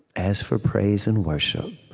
as for praise and worship,